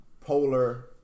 polar